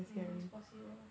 yeah it's possible